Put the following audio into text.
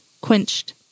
quenched